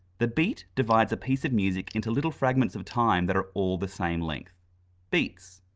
the beat divides a piece of music into little fragments of time that are all the same length beats.